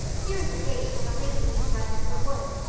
here is a gate and a lane leading right into the wood.